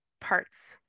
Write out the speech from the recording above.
parts